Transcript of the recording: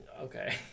Okay